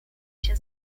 się